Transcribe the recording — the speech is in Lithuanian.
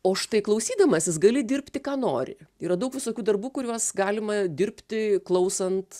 o štai klausydamasis gali dirbti ką nori yra daug visokių darbų kuriuos galima dirbti klausant